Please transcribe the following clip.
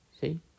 See